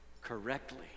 correctly